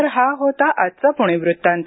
तर हा होता आजचा पुणे वृत्तांत